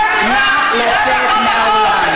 זה לא שלך,